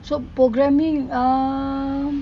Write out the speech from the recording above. so programming err